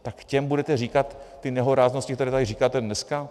Tak těm budete říkat ty nehoráznosti, které tady říkáte dneska?